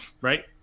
right